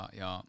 ja